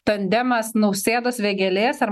tandemas nausėdos vėgėlės ar